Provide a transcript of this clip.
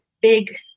big